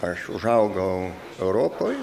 aš užaugau europoj